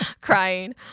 crying